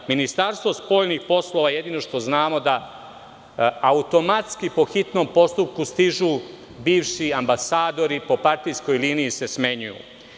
Ministarstvo spoljnih poslova, jedino što znamo je da automatski po hitnom postupku stižu bivši ambasadori i po partijskoj liniji se smenjuju.